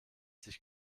sich